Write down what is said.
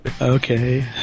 Okay